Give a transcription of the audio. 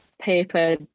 paper